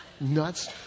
Nuts